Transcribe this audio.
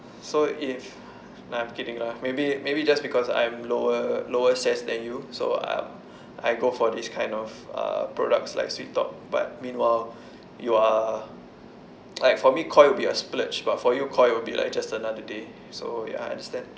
so if nah I'm kidding lah maybe maybe just because I'm lower lower SES than you so I I go for this kind of uh products like Sweettalk but meanwhile you are like for me Koi would be a splurge but for you Koi would be like just another day so ya understand